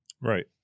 Right